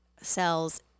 cells